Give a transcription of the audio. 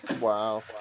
Wow